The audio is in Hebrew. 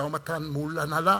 משא-ומתן מול הנהלה.